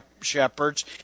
shepherds